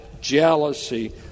jealousy